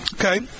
Okay